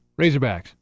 Razorbacks